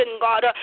God